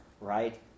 right